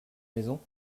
maison